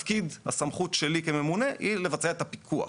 הסמכות שלי כממונה היא לבצע את הפיקוח.